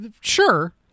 sure